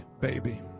baby